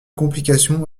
complication